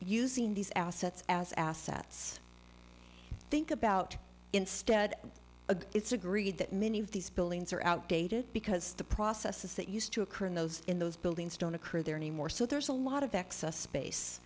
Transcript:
using these assets as assets think about instead of it's agreed that many of these buildings are outdated because the processes that used to occur in those in those buildings don't occur there anymore so there's a lot of excess space